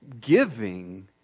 giving